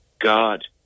God